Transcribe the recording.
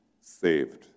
saved